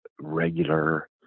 regular